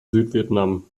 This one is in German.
südvietnam